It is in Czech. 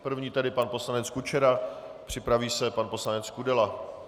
První pan poslanec Kučera, připraví se pan poslanec Kudela.